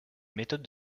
méthodes